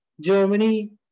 Germany